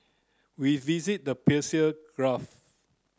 we visit the Persian Gulf